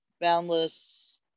boundless